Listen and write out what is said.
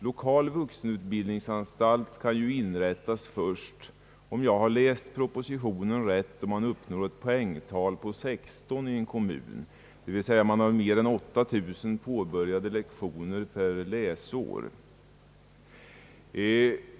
Lokal vuxenutbildningsanstalt kan nu, om jag läst propositionen rätt, inrättas först när man uppnår ett poängantal av 16 i en kommun, d. v. s. man har mer än 8 000 påbörjade lektioner per läsår.